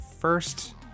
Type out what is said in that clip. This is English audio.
first